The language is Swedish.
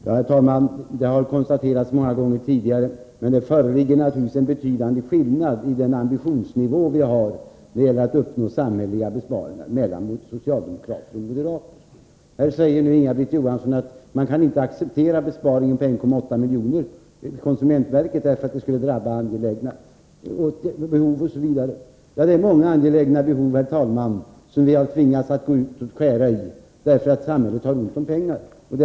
Herr talman! Det har konstaterats många gånger tidigare, men det föreligger naturligtvis en betydande skillnad i ambitionsnivån när det gäller att uppnå samhälleliga besparingar mellan socialdemokrater och moderater. Här säger nu Inga-Britt Johansson att socialdemokraterna inte kan acceptera besparingen på 1,8 miljoner i konsumentverkets anslag därför att det skulle drabba angelägna behov. Det är många angelägna verksamheter, herr talman, som vi har tvingats skära i därför att samhället har ont om pengar.